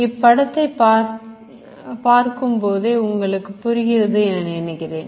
இப்படத்தை பார்க்கும் போதே உங்களுக்கு புரிகிறது என நினைக்கிறேன்